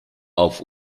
auf